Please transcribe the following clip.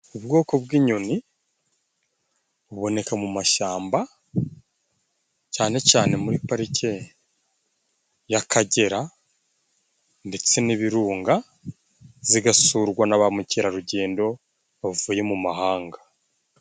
Ubwoko bw'inyoni buboneka mu mashamba cyane cyane muri parike y'Akagera ndetse n'Ibirunga zigasurwa na ba mukerarugendo bavuye mu mahanga.